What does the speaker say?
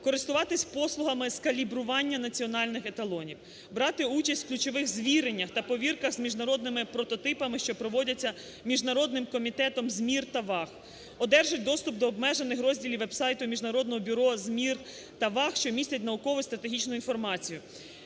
користуватись послугами з калібрування національних еталонів, брати участь в ключових звіреннях та повірках з міжнародними прототипами, що проводяться Міжнародним комітетом з мір та ваг. Одержить доступ до обмежених розділів веб-сайту Міжнародного бюро з мір та ваг, що містять наукову і стратегічну інформацію.